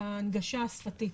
ההנגשה השפתית,